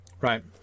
right